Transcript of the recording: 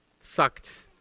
sucked